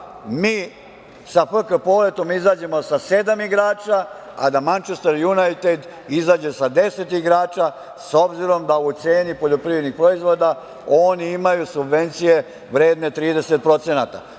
mi sa FK „Poletom“ izađemo sa sedam igrača, a da „Mančester Junajted“ izađe sa 10 igrača, s obzirom da u ceni poljoprivrednih proizvoda oni imaju subvencije vredne 30%.